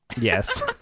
Yes